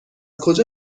کجا